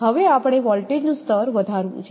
હવે આપણે વોલ્ટેજનું સ્તર વધારવું છે